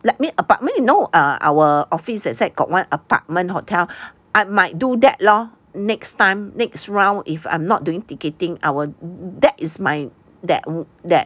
like mean apartment you know our office that side got one apartment hotel I might do that lor next time next round if I'm not doing ticketing I will that is my that that